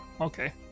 okay